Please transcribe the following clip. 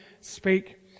speak